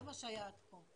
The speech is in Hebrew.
זה מה שהיה עד כה.